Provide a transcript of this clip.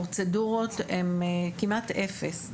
הפרוצדורות הם כמעט אפס,